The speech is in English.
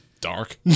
dark